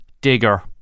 Digger